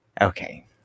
Okay